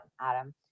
Adam